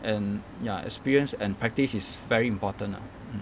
and ya experience and practice is very important ah mm